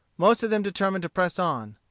most of them determined to press on.